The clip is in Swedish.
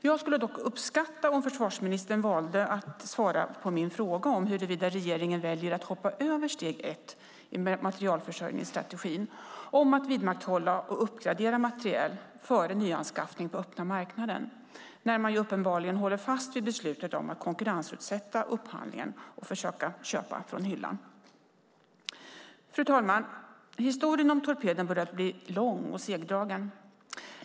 Jag skulle dock uppskatta om försvarsministern valde att svara på min fråga huruvida regeringen väljer att hoppa över steg ett i materielförsörjningsstrategin om att vidmakthålla och uppgradera materiel före nyanskaffning på öppna marknaden. Man håller ju uppenbarligen fast vid beslutet att konkurrensutsätta upphandlingen och försöka köpa från hyllan. Fru talman! Historien om torpeden börjar bli lång och segdragen.